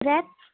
crabs